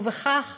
ובכך